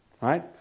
right